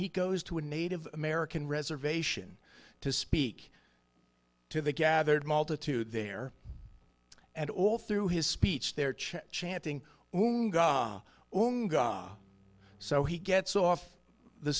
he goes to a native american reservation to speak to the gathered multitude there and all through his speech there chanting only so he gets off the